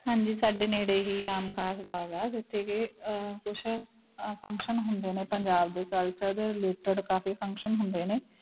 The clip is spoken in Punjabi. ਹਾਂਜੀ ਸਾਡੇ ਨੇੜੇ ਹੀ ਆਮ ਖਾਸ ਬਾਗ ਆ ਜਿੱਥੇ ਕਿ ਕੁਛ ਫੰਕਸ਼ਨ ਹੁੰਦੇ ਨੇ ਪੰਜਾਬ ਦੇ ਕਲਚਰ ਦੇ ਰਿਲੇਟਡ ਕਾਫੀ ਫੰਕਸ਼ਨ ਹੁੰਦੇ ਨੇ